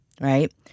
right